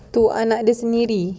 to anaknya sendiri